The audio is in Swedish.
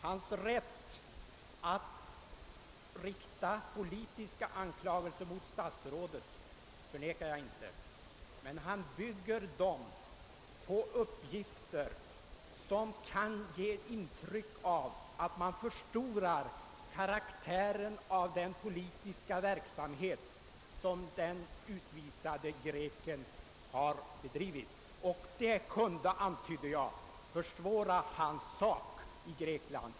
Hans rätt att rikta politiska anklagelser mot statsrådet förnekar jag inte, men han bygger dem på uppgifter som kan ge intryck av att man förstorar in nehållet i den politiska verksamhet som den utvisade greken har bedrivit och det kunde, antydde jag, försvåra dennes sak i Grekland.